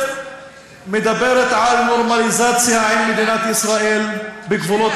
מדברת על נורמליזציה עם מדינת ישראל בגבולות